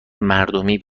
مردمی